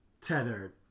tethered